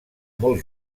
molt